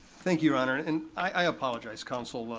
thank you, your honor, and i apologize, council,